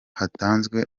hatanzwe